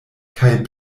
kaj